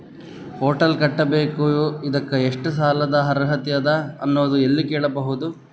Hotel ಕಟ್ಟಬೇಕು ಇದಕ್ಕ ಎಷ್ಟ ಸಾಲಾದ ಅರ್ಹತಿ ಅದ ಅನ್ನೋದು ಎಲ್ಲಿ ಕೇಳಬಹುದು?